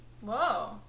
whoa